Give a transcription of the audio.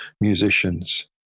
musicians